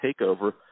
TakeOver